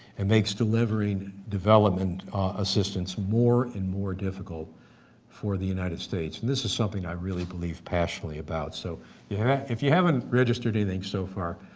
and makes delivering development assistance more and more difficult for the united states. and this is something i really believe passionately about, so yeah if you haven't registered anything so far,